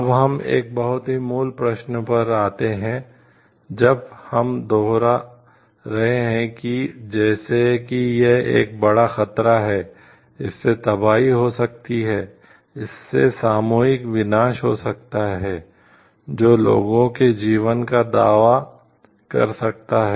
अब हम एक बहुत ही मूल प्रश्न पर आते हैं जब हम दोहरा रहे हैं कि जैसे कि यह एक बड़ा खतरा है इससे तबाही हो सकती है इससे सामूहिक विनाश हो सकता है जो लोगों के जीवन का दावा कर सकता है